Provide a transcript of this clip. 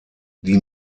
die